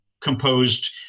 composed